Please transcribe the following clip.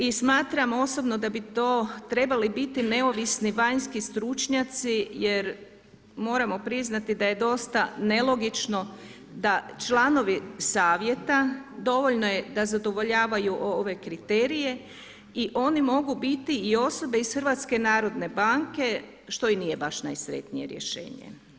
I smatram osobno da bi to trebali biti neovisni vanjski stručnjaci jer moramo priznati da je dosta nelogično da članovi Savjeta, dovoljno je da zadovoljavaju ove kriterije i oni mogu biti i osobe iz HNB-a što i nije baš najsretnije rješenje.